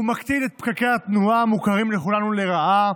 הוא מקטין את פקקי התנועה המוכרים לכולנו לרעה,